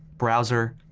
browser,